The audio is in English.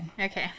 Okay